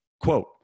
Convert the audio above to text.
Quote